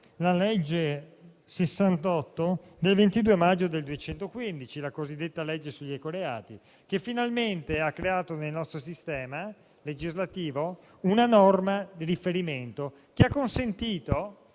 la legge n. 68 del 22 maggio del 2015, la cosiddetta legge sugli ecoreati, che finalmente ha creato nel nostro sistema legislativo una norma di riferimento, che ha consentito